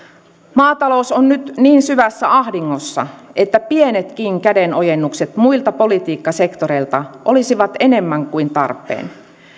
maatalous on nyt niin syvässä ahdingossa että pienetkin kädenojennukset muilta politiikkasektoreilta olisivat enemmän kuin tarpeen